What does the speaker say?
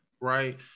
Right